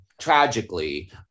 tragically